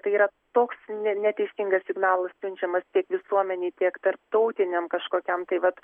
tai yra toks ne neteisingas signalas siunčiamas tiek visuomenei tiek tarptautiniam kažkokiam tai vat